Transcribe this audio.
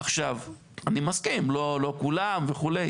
עכשיו, אני מסכים, לא כולם וכו'.